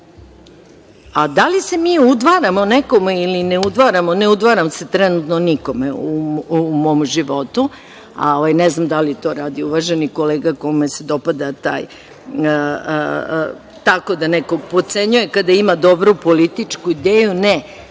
da li se mi udvaramo nekome ili ne udvaramo, ne udvaram se trenutno nikome u mom životu, ne znam da li to radi uvaženi kolega kome se dopada tako da nekoga potcenjuje kada ima dobru politiku ideju. Ne.